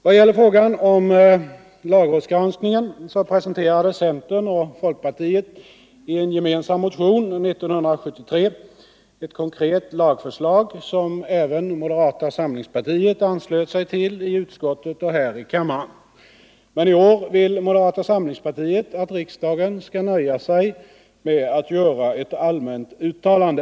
Vad gäller frågan om lagrådsgranskningen presenterade centern och folkpartiet i en gemensam motion 1973 ett konkret lagförslag, som även moderata samlingspartiet anslöt sig till i utskottet och här i kammaren. Men i år vill moderata samlingspartiet att riksdagen skall nöja sig med att göra ett allmänt uttalande.